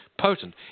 potent